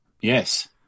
Yes